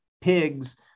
pigs